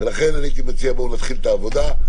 ולכן אני מציע, בואו נתחיל את העבודה.